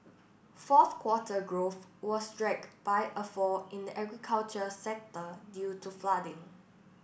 fourth quarter growth was dragged by a fall in the agriculture sector due to flooding